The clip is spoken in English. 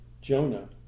Jonah